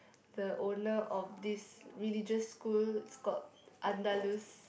the owner of this religious school is called Andalus